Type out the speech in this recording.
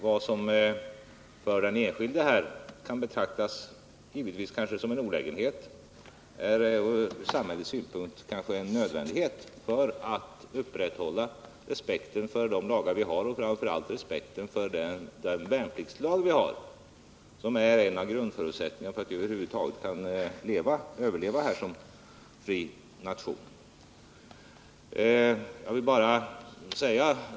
Vad som för den enskilde kan betraktas som en olägenhet är kanske ur samhällets synpunkt en nödvändighet för att upprätthålla respekten för de lagar man har, framför allt i det här fallet respekten för den värnpliktslag vi har och som är en av grundförutsättningarna för att vi över huvud taget skall kunna överleva som fri nation.